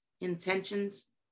intentions